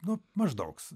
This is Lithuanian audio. nu maždaug